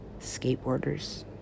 Skateboarders